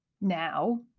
now